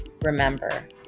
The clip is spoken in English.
Remember